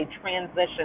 transition